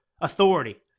authority